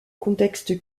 contexte